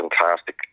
fantastic